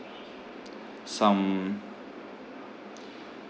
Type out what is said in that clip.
some